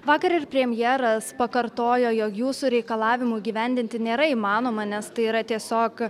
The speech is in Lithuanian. vakar ir premjeras pakartojo jog jūsų reikalavimų įgyvendinti nėra įmanoma nes tai yra tiesiog